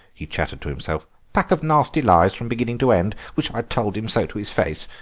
he chattered to himself pack of nasty lies from beginning to end. wish i'd told him so to his face.